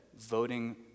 voting